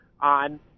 on